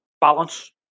Balance